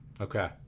Okay